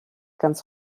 ganz